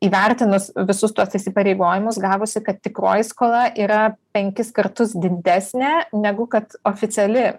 įvertinus visus tuos įsipareigojimus gavosi kad tikroji skola yra penkis kartus didesnė negu kad oficiali